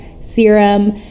Serum